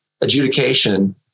adjudication